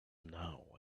now